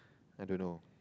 I don't know